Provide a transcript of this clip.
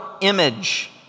image